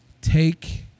take